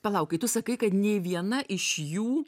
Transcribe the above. palauk kai tu sakai kad nei viena iš jų